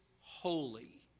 holy